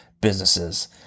businesses